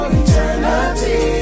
eternity